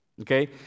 okay